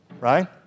right